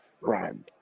friend